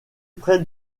près